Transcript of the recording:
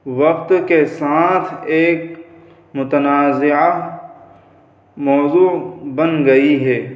وقت کے ساتھ ایک متنازعہ موضوع بن گئی ہے